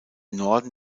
norden